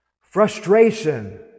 frustration